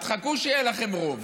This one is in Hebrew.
תחכו שיהיה לכם רוב.